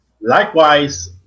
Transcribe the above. Likewise